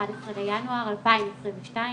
11.1.2022,